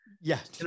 Yes